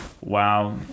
Wow